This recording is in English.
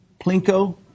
Plinko